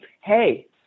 Hey